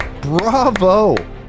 bravo